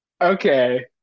Okay